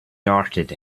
darted